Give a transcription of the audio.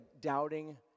doubting